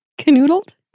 Canoodled